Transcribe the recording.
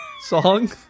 song